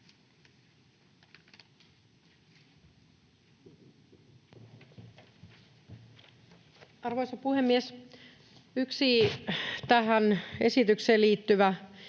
Arvoisa puhemies! Yksi tähän esitykseen liittyvä